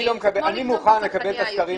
אני לא מקבל את זה.